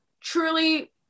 truly